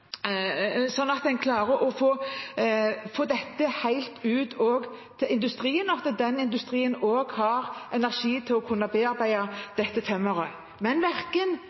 at en klarer å få dette helt ut til industrien, og at den industrien også har energi til å kunne bearbeide dette tømmeret. Men verken